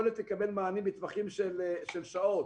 יכולת לקבל מענים בטווחים של שעות,